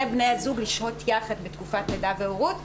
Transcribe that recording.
בני הזוג לשהות יחד בתקופת לידה והורות,